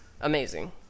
Amazing